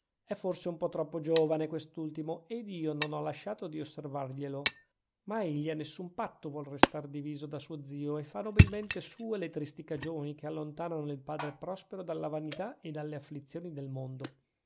è forse un po troppo giovane quest'ultimo ed io non ho lasciato di osservarglielo ma egli a nessun patto vuole restar diviso da suo zio e fa nobilmente sue le tristi cagioni che allontanano il padre prospero dalle vanità e dalle afflizioni del mondo